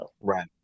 Right